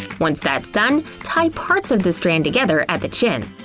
once that's done, tie parts of the strands together at the chin.